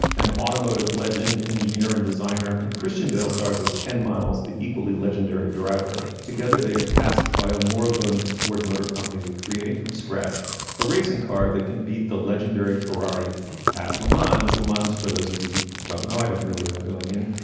an automotive legend, engineer and designer, and christian bale stars as ken miles, the equally legendary driver. together, they are tasked by a moribund ford motor company with creating from scratch a recent car that can beat the legendary ferrari lemond's lamont's. for those of you who don't know, i didn't really know going in.